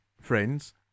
friends